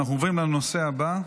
תודה רבה, אנחנו עוברים לנושא הבא,